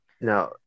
now